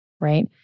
right